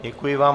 Děkuji vám.